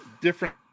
different